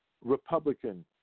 Republican